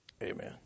Amen